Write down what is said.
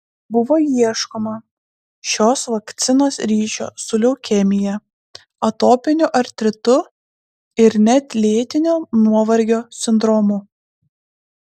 buvo ieškoma šios vakcinos ryšio su leukemija atopiniu artritu ir net lėtinio nuovargio sindromu